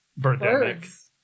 Birdemic